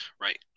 Right